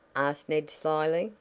asked ned slyly.